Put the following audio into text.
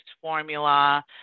formula